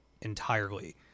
entirely